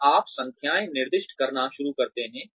और आप संख्याएँ निर्दिष्ट करना शुरू करते हैं